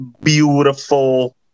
beautiful